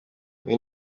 iyi